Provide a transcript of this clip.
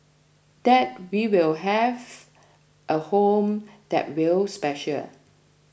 that we will have a home that will special